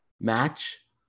match